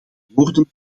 woorden